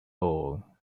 all